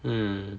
um